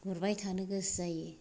गुरबाय थानो गोसो जायो